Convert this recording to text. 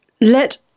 let